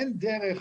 אין דרך